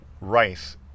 rice